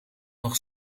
nog